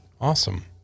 Awesome